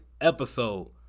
episode